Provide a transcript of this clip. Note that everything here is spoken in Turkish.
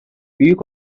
büyük